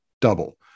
double